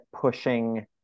pushing